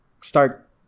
start